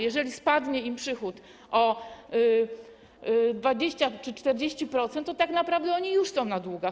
Jeżeli spadnie im przychód o 20% czy 40%, to tak naprawdę oni już są na długach.